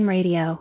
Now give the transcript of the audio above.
Radio